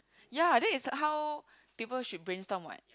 ya then is how people should brainstorm waht